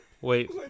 Wait